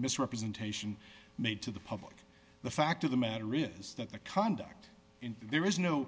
misrepresentation made to the public the fact of the matter is that the conduct in there is no